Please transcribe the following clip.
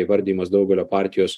įvardijamas daugelio partijos